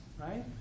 right